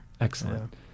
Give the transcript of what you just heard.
Excellent